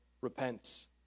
repents